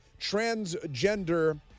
transgender